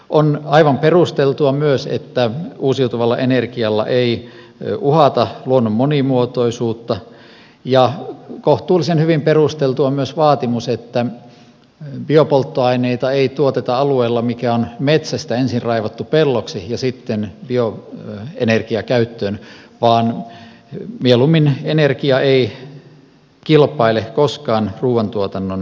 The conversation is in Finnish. on aivan perusteltua myös että uusiutuvalla energialla ei uhata luonnon monimuotoisuutta ja kohtuullisen hyvin perusteltu on myös vaatimus että biopolttoaineita ei tuoteta alueella mikä on metsästä ensin raivattu pelloksi ja sitten bioenergiakäyttöön vaan mieluummin energia ei kilpaile koskaan ruuantuotannon kanssa